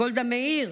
גולדה מאיר,